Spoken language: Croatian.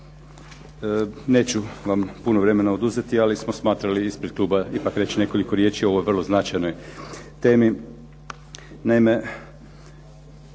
Neću vam puno vremena oduzeti, ali smo smatrali ispred kluba ipak reći nekoliko riječi o ovoj vrlo značajnoj temi.